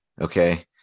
okay